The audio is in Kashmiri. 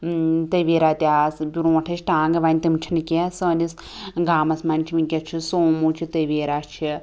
تَویرا تہِ آسہٕ برٛونٛٹھ ٲسۍ ٹانٛگہ وۄنۍ تِم چھِنہٕ کیٚنٛہہ سٲنِس گامَس مَنٛز چھِ وُنٛکیٚس چھِ سوموٗ چھِ تَویرا چھِ